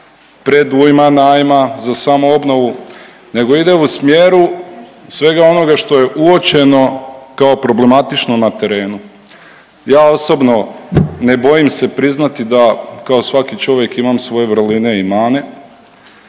predujma najma za samoobnovu, nego ide u smjeru svega onoga što je uočeno kao problematično na terenu. Ja osobno ne bojim se priznati da kao svaki čovjek imam svoje vrline i mane,